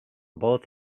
both